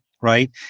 right